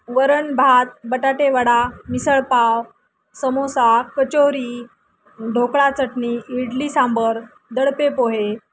वरण भात बटाटे वडा मिसळपाव समोसा कचोरी ढोकळा चटणी इडली सांबर दडपे पोहे